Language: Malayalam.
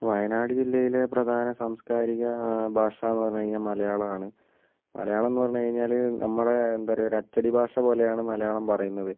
വയനാട് ജില്ലയിലെ പ്രധാന സാംസ്കാരിക ഭാഷ എന്ന് പറഞ്ഞ് കഴിഞ്ഞാൽ മലയാളമാണ് മലയാളം എന്ന് പറഞ്ഞുകഴിഞ്ഞാൽ നമ്മുടെ എന്താണ് പറയുക ഒരു അച്ചടി ഭാഷ പോലെയാണ് മലയാളം പറയുന്നത്